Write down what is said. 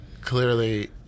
clearly